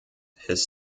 his